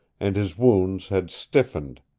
and his wounds had stiffened,